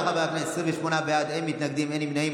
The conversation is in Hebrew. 28 בעד, אין מתנגדים, אין נמנעים.